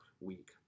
week